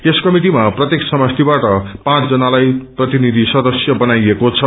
यस कमिटिमा प्रत्येक समष्टीबाट पाँच जनालाई प्रतिनिषि सदस्य बनाइएको छ